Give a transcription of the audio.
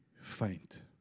faint